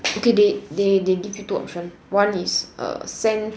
okay they they they give you two options one is err send